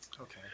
okay